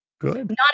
Good